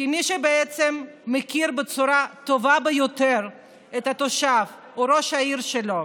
כי מי שבעצם מכיר בצורה הטובה ביותר את התושב הוא ראש העיר שלו,